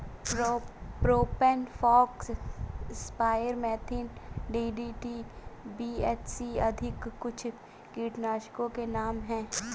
propane fox, cypermethrin, DDT, BHC आदि कुछ कीटनाशकों के नाम हैं